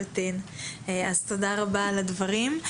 רבה על הדברים.